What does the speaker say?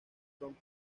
son